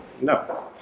no